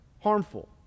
harmful